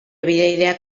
bidaideak